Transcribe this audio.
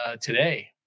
today